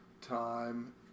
time